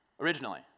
originally